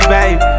Baby